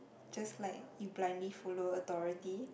just like you blindly follow authority